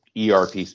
ERP